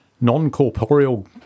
non-corporeal